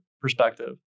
perspective